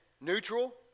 neutral